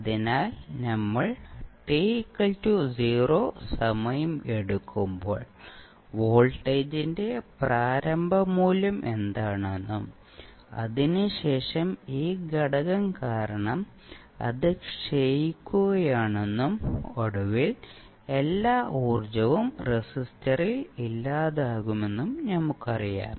അതിനാൽ നമ്മൾ t 0 സമയം എടുക്കുമ്പോൾ വോൾട്ടേജിന്റെ പ്രാരംഭ മൂല്യം എന്താണെന്നും അതിനുശേഷം ഈ ഘടകം കാരണം അത് ക്ഷയിക്കുകയാണെന്നും ഒടുവിൽ എല്ലാ ഊർജ്ജവും റെസിസ്റ്ററിൽ ഇല്ലാതാകുമെന്നും നമുക്കറിയാം